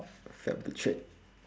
felt betrayed